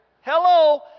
Hello